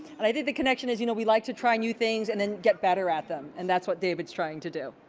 and i did the connection as you know, we like to try new things and then get better at them, and that's what david's trying to do.